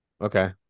Okay